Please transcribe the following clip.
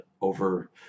over